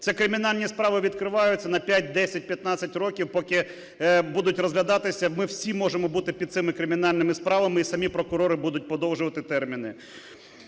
Це кримінальні справи відкриваються на 5-10-15 років, поки будуть розглядатися. Ми всі можемо бути під цими кримінальними справами, і самі прокурори будуть подовжувати терміни.